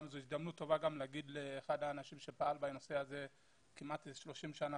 זו הזדמנות טובה לומר תודה לאחד האנשים שפעל כמעט 30 שנים,